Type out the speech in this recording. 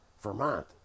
Vermont